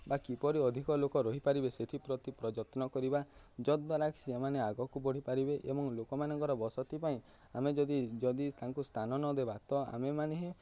ବା କିପରି ଅଧିକ ଲୋକ ରହିପାରିବେ ସେଥିପ୍ରତି ପ୍ରଯତ୍ନ କରିବା ଯଦ୍ୱାରା କି ସେମାନେ ଆଗକୁ ବଢ଼ିପାରିବେ ଏବଂ ଲୋକମାନଙ୍କର ବସତି ପାଇଁ ଆମେ ଯଦି ଯଦି ତାଙ୍କୁ ସ୍ଥାନ ନ ଦେବା ତ ଆମେମାନେ ହିଁ